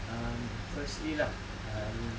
um the firstly lah I